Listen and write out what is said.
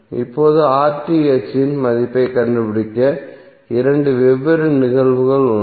இப்போது இன் மதிப்பைக் கண்டுபிடிக்க இரண்டு வெவ்வேறு நிகழ்வுகள் உள்ளன